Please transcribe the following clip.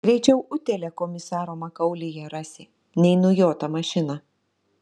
greičiau utėlę komisaro makaulėje rasi nei nujotą mašiną